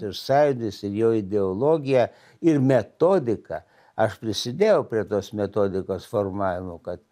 ir sąjūdis ir jo ideologija ir metodika aš prisidėjau prie tos metodikos formavimo kad